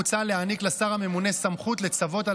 מוצע להעניק לשר הממונה סמכות לצוות על